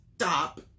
stop